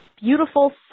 beautiful